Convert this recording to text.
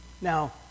now